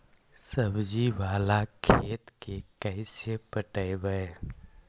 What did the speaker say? सब्जी बाला खेत के कैसे पटइबै?